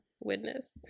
witness